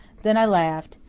then i laughed.